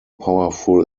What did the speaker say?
powerful